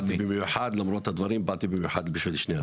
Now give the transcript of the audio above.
אני באתי במיוחד בשביל שני הדיונים האלה.